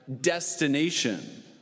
destination